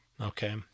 okay